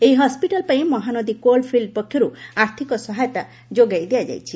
ଏହି ହସପିଟାଲ ପାଇଁ Mahanadi coal fields ପକ୍ଷରୁ ଆର୍ଥିକ ସହାୟତା ଯୋଗାଇ ଦିଆ ଯାଇଛି